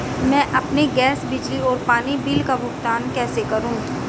मैं अपने गैस, बिजली और पानी बिल का भुगतान कैसे करूँ?